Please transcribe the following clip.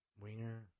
winger